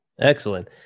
Excellent